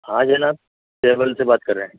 ہاں جناب ٹریول سے بات کر رہے ہیں